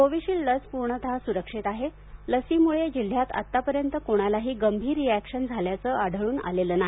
Covishield लस पुर्णत सुरक्षीत आहे लसीमुळे जिल्ह्यात आतापर्यत कुणालाही गंभीर रिअॅक्शन झाल्याचं आढळून आलेलं नाही